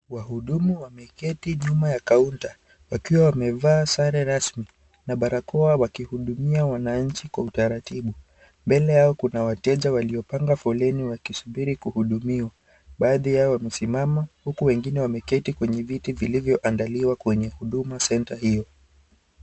Wahudumu wameketi nyuma ya kaunta wakiwa wamevaa sare rasmi na barakoa, wakihudumia wananchi kwa utaratibu. Mbele yao kuna wateja waliopanga foleni, wakisubiri kuhudumiwa. Baathi yao wamesimama huku wengine wameketi kwenye viti vilivyoandaliwa kwenye Huduma Center hiyo.